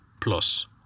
plus